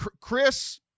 Chris